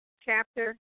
chapter